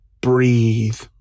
breathe